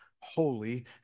holy